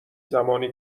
زمانی